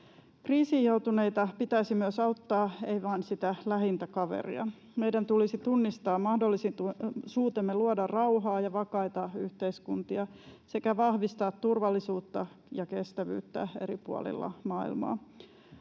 Kriisiin joutuneita pitäisi myös auttaa, ei vain sitä lähintä kaveria. Meidän tulisi tunnistaa mahdollisuutemme luoda rauhaa ja vakaita yhteiskuntia sekä vahvistaa turvallisuutta ja kestävyyttä eri puolilla maailmaa.